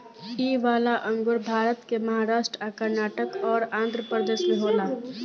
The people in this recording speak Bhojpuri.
इ वाला अंगूर भारत के महाराष्ट् आ कर्नाटक अउर आँध्रप्रदेश में होला